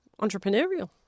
entrepreneurial